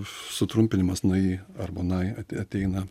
sutrumpinimas ni arba nai at ateina